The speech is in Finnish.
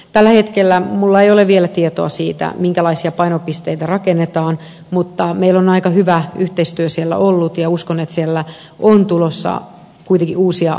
tällä hetkellä minulla ei ole vielä tietoa siitä minkälaisia painopisteitä rakennetaan mutta meillä on aika hyvä yhteistyö siellä ollut ja uskon että siellä on tulossa kuitenkin uusia avauksia